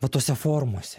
va tose formose